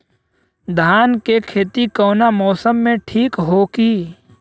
धान के खेती कौना मौसम में ठीक होकी?